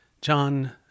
John